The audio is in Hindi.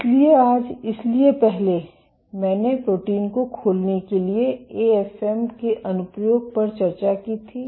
इसलिए आज इसलिए पहले मैंने प्रोटीन को खोलने के लिए एएफएम के अनुप्रयोग पर चर्चा की थी